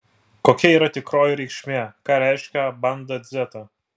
kokia yra tikroji reikšmė ką reiškia banda dzeta